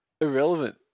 Irrelevant